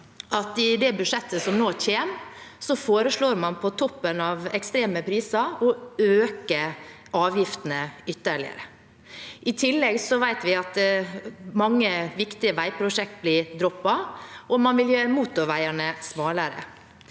i det budsjettet som nå kommer, foreslår man, på toppen av ekstreme priser, å øke avgiftene ytterligere. I tillegg vet vi at mange viktige veiprosjekter blir droppet, og man vil gjøre motorveiene smalere.